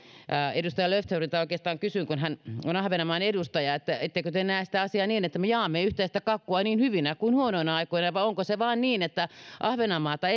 edustaja löfströmiltä oikeastaan kysyn kun hän on ahvenanmaan edustaja ettekö te näe sitä asiaa niin että me jaamme yhteistä kakkua niin hyvinä kuin huonoina aikoina vai onko se vaan niin että ahvenanmaata